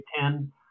Ten